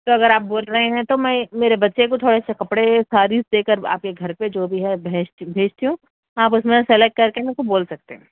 تو اگر آپ بول رہے ہیں تو میں میرے بچے کو تھوڑے سے کپڑے ساریز دے کر آپ کے گھر پہ جو بھی ہے بھیج بھیجتی ہوں آپ اس میں سے سلیکٹ کر کے میرے کو بول سکتے